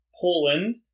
Poland